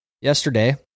yesterday